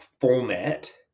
format